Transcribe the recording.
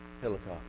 helicopter